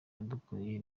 yadukoreye